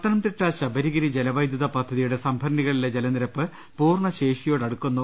പത്തനംതിട്ട ശബരിഗിരി ജലവൈദ്യുത പദ്ധതിയുടെ സംഭരണികളിലെ ജലനിരപ്പ് പൂർണ ശേഷിയോട് അടുക്കുന്നു